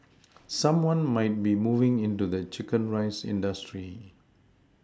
someone might be moving into the chicken rice industry